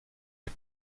les